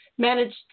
Managed